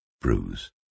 bruise